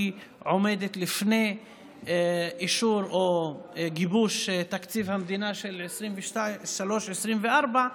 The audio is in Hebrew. היא עומדת לפני אישור או גיבוש תקציב המדינה לשנים 2023 ו-2024,